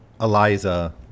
Eliza